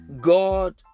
God